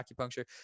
acupuncture